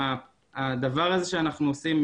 הדבר הזה שאנחנו עושים,